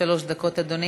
שלוש דקות, אדוני.